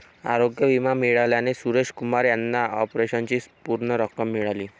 आरोग्य विमा मिळाल्याने सुरेश कुमार यांना ऑपरेशनची पूर्ण रक्कम मिळाली